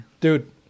Dude